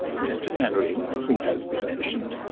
mr. mainwaring, who has been mentioned,